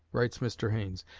writes mr. haines.